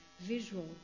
visual